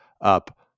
up